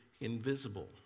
invisible